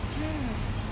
mm